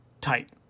tight